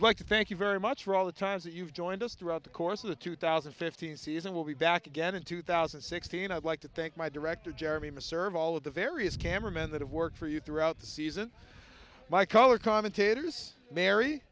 to thank you very much for all the times that you've joined us throughout the course of the two thousand and fifteen season will be back again in two thousand and sixteen i'd like to thank my director jeremy i'm a serve all of the various cameramen that have worked for you throughout the season my collar commentators mary